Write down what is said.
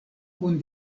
kun